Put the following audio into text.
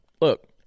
look